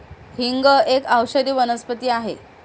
हिंग एक औषधी वनस्पती आहे